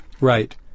Right